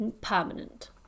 permanent